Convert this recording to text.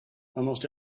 almost